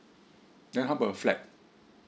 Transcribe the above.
then how about a flat